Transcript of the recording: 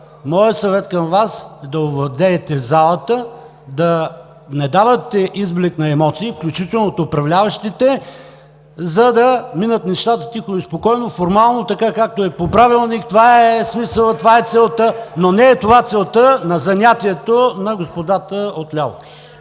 моят съвет към Вас е да овладеете залата, да не давате изблик на емоции, включително и от управляващите, за да минат нещата тихо, спокойно, формално, както е по Правилник. Това е смисълът, това е целта, но не това е целта на занятието на господата отляво.